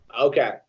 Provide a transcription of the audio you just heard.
Okay